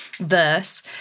verse